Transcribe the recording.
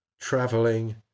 traveling